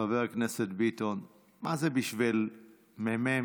חבר הכנסת ביטון, מה זה בשביל מ"מ